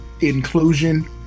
inclusion